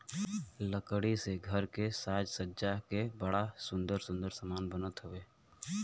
लकड़ी से घर के साज सज्जा के बड़ा सुंदर सुंदर समान बनत हउवे